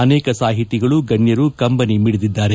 ಅನೇಕ ಸಾಹಿತಿಗಳು ಗಣ್ಯರು ಕಂಬನಿ ಮಿಡಿದಿದ್ದಾರೆ